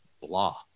blah